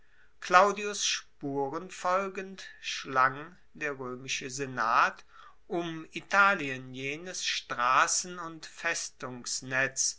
claudius spuren folgend schlang der roemische senat um italien jenes strassen und